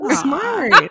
smart